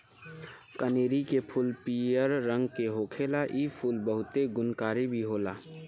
कनेरी के फूल पियर रंग के होखेला इ फूल बहुते गुणकारी भी होला